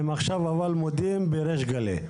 הם מודים עכשיו בריש גליי.